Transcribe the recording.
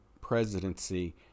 presidency